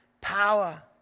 power